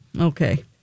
okay